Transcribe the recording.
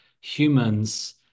humans